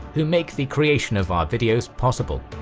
who make the creation of our videos possible.